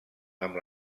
amb